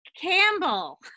Campbell